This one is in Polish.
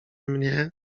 mnie